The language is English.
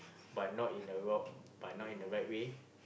but not in a wrong not but not in a right way